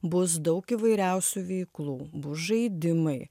bus daug įvairiausių veiklų bus žaidimai